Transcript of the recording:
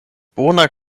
bona